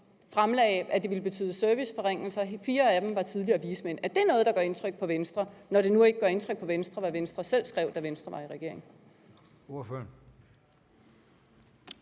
om, at det vil betyde serviceforringelser. Fire af dem var tidligere vismænd. Er det noget, der gør indtryk på Venstre, når det nu ikke gør indtryk på Venstre, hvad Venstre selv skrev, da Venstre var i regering?